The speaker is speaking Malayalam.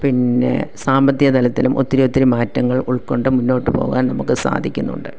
പിന്നെ സാമ്പത്തിക തലത്തിലും ഒത്തിരി ഒത്തിരി മാറ്റങ്ങൾ ഉൾക്കൊണ്ടും മുന്നോട്ട് പോകാൻ നമുക്ക് സാധിക്കുന്നുണ്ട്